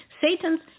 Satan's